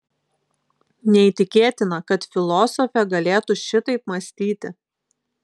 neįtikėtina kad filosofė galėtų šitaip mąstyti